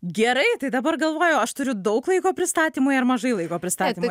gerai tai dabar galvoju aš turiu daug laiko pristatymui ar mažai laiko pristatymui